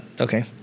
okay